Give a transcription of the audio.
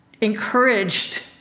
encouraged